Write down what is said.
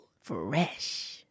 Fresh